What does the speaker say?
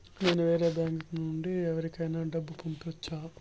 నేను వేరే బ్యాంకు నుండి ఎవరికైనా డబ్బు పంపొచ్చా?